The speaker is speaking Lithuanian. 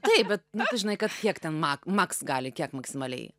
taip bet nu tu žinai kad kiek ten mag maks gali kiek maksimaliai